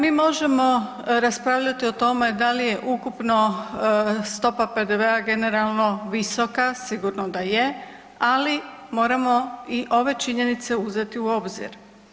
Mi možemo raspravljati da li je ukupno stopa PDV-a generalno visoka, sigurno da je, ali moramo i ove činjenice uzeti u obzir.